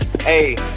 Hey